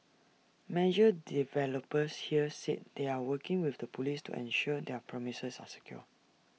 major developers here said they are working with the Police to ensure their premises are secure